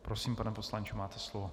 Prosím, pane poslanče, máte slovo.